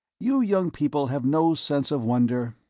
you young people have no sense of wonder,